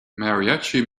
mariachi